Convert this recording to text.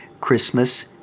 Christmas